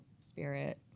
spirit